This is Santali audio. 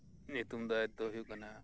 ᱧᱩᱛᱩᱢ ᱛᱟᱭᱫᱚ ᱦᱳᱭᱳᱜ ᱠᱟᱱᱟ